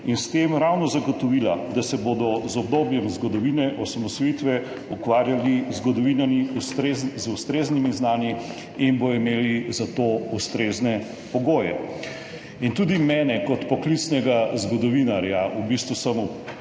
in s tem ravno zagotovila, da se bodo z obdobjem zgodovine osamosvojitve ukvarjali zgodovinarji z ustreznimi znanji in bodo imeli za to ustrezne pogoje. Tudi mene kot poklicnega zgodovinarja – v bistvu sem